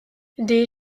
des